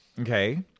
Okay